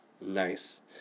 Nice